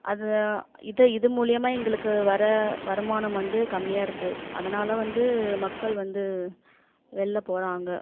அதை இதை இது மூலியமாக எங்களுக்கு வர வருமானம் வந்து கம்மியாக இருக்கு அதனால் வந்து மக்கள் வந்து வெளில போகறாங்க